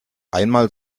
einmal